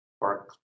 park